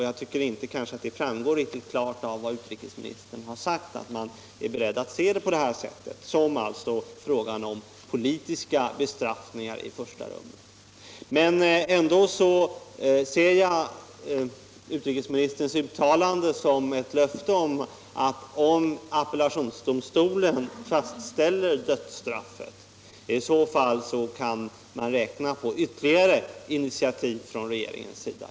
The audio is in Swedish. Jag tycker att det inte framgår riktigt klart av vad utrikesministern sagt att man är beredd att se det hela som en fråga om politiska bestraffningar i första rummet. Men ändå ser jag utrikesministerns uttalande som ett löfte att man, om appellationsdomstolen fastställer dödsstraffen, kan räkna på ytterligare initiativ från regeringens sida.